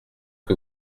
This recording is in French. que